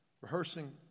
rehearsing